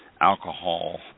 alcohol